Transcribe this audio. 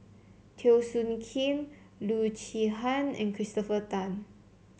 Teo Soon Kim Loo Zihan and Christopher Tan